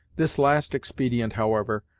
this last expedient, however,